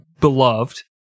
beloved